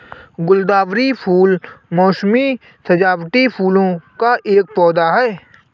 गुलदावरी फूल मोसमी सजावटी फूलों का एक पौधा है